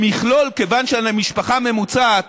במכלול, כיוון שמשפחה ממוצעת